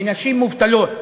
לנשים מובטלות?